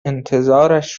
انتظارش